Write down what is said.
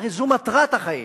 הרי זו מטרת החיים.